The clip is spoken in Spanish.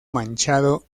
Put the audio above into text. manchado